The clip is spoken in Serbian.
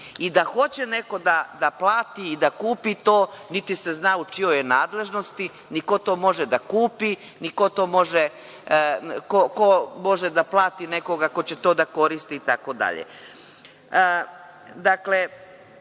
i da hoće neko da plati i da kupi to, niti se zna u čijoj je nadležnosti, ni ko to može da kupi, ni ko može da plati nekoga ko će to da koristi itd. Dakle,